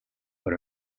but